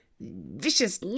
vicious